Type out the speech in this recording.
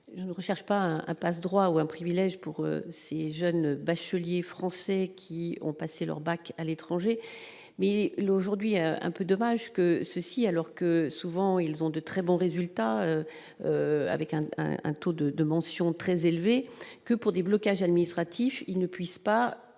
il ne recherche pas un passe droit ou un privilège pour ces jeunes bacheliers français qui ont passé leur bac à l'étranger mais aujourd'hui un peu dommage que ceci alors que souvent ils ont de très bons résultats avec un un taux de de mentions très élevé que pour des blocages administratifs, il ne puisse pas